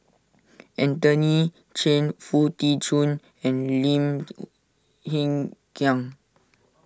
Anthony Chen Foo Tee Jun and Lim Hng Kiang